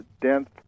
dense